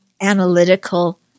analytical